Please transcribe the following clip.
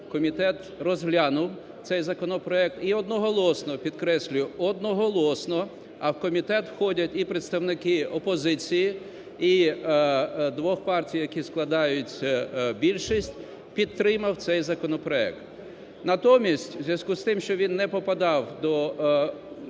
комітет розглянув цей законопроект, і одноголосно – підкреслюю, одноголосно, а в комітет входять і представники опозиції, і двох партій, які складають більшість – підтримав цей законопроект. Натомість у зв'язку з тим, що він не попадав до пленарної